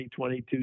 2022